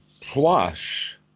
plus